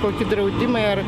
koki draudimai ar